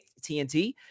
TNT